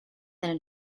than